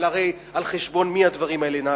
אבל הרי על-חשבון מי הדברים האלה נעשים?